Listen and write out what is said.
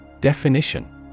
Definition